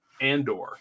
Andor